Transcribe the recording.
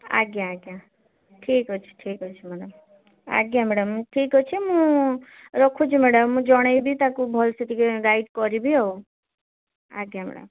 ଆଜ୍ଞା ଆଜ୍ଞା ଠିକ୍ଅଛି ଠିକ୍ଅଛି ମ୍ୟାଡ଼ାମ୍ ଆଜ୍ଞା ମ୍ୟାଡ଼ାମ୍ ମୁଁ ଠିକ୍ଅଛି ମୁଁ ରଖୁଛି ମ୍ୟାଡ଼ାମ୍ ମୁଁ ଜଣେଇବି ତାକୁ ଭଲସେ ଟିକିଏ ଗାଇଡ଼୍ କରିବି ଆଉ ଆଜ୍ଞା ମ୍ୟାଡ଼ାମ୍